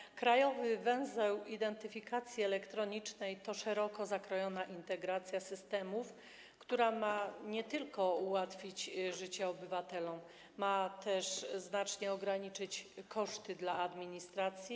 Węzeł krajowy identyfikacji elektronicznej to szeroko zakrojona integracja systemów, która ma nie tylko ułatwić życie obywatelom, ale też znacznie ograniczyć koszty administracji.